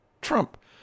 Trump